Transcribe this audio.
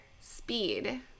Speed